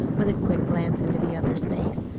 with a quick glance into the other's face.